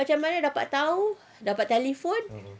macam mana dapat tahu dapat telefon